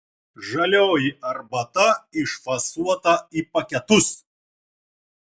žalioji arbata išfasuota į paketus